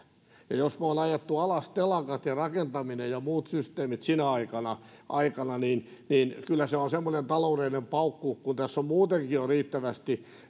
jos me olemme ajaneet alas telakat ja rakentamisen ja ja muut systeemit sinä aikana aikana niin niin kyllä se on semmoinen taloudellinen paukku kun tässä on muutenkin jo riittävästi